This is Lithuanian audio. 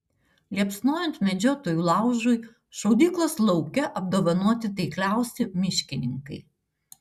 liepsnojant medžiotojų laužui šaudyklos lauke apdovanoti taikliausi miškininkai